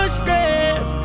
stress